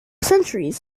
centuries